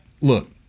Look